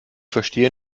verstehe